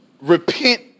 repent